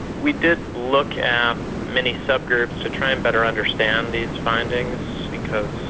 we did look at many subgroups to try and better understand these findings because,